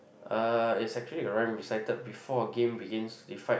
uh is actually a rhyme recited before a game begins to decide